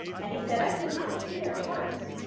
and he said, i could not see their hearts.